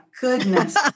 goodness